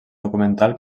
documental